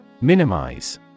Minimize